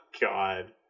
God